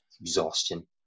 exhaustion